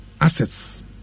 assets